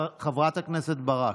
חברת הכנסת ברק,